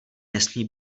nesmí